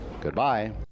goodbye